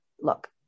look